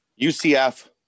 ucf